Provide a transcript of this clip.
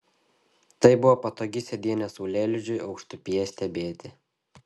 tai buvo patogi sėdynė saulėlydžiui aukštupyje stebėti